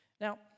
Now